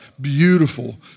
beautiful